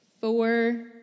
four